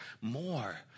more